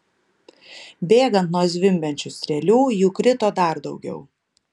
bėgant nuo zvimbiančių strėlių jų krito dar daugiau